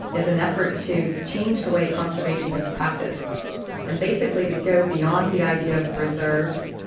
is an effort to change the way conservation is practiced and basically to go beyond the idea of reserves,